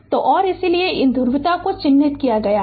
तो और इसलिए इन ध्रुवीयता को चिह्नित किया गया है